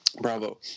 Bravo